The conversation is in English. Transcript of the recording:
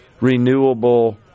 renewable